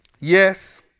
Yes